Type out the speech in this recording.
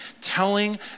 telling